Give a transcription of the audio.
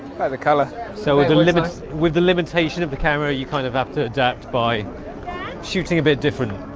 by the color so we've delivered with the limitation of the camera you kind of have to adapt by shooting a bit different.